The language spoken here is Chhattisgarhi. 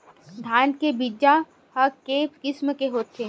धान के बीजा ह के किसम के होथे?